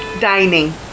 dining